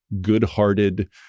good-hearted